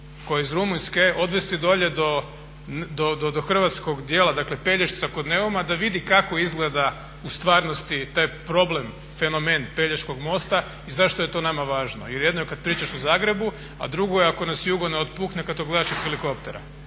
koja je iz Rumunjske odvesti dolje do hrvatskog dijela dakle Pelješca kod Neuma da vidi kako izgleda u stvarnosti taj problem, fenomen Pelješkog mosta i zašto je to nama važno jer jedeno je kada pričaš u Zagrebu, a drugo je ako nas jugo ne otpuhne kada to gledaš iz helikoptera,